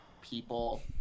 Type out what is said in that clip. people